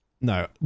No